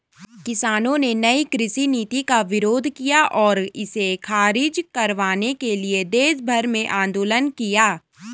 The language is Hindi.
किसानों ने नयी कृषि नीति का विरोध किया और इसे ख़ारिज करवाने के लिए देशभर में आन्दोलन किया